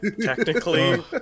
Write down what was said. technically